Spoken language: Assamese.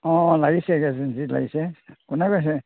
অঁ অঁ লাগিছে লাগিছে কোনে কৈছে